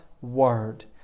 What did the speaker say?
Word